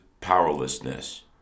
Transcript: powerlessness